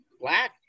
black